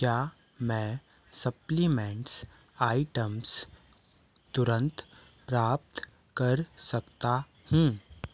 क्या मैं supplements items तुरंत प्राप्त कर सकता हूँ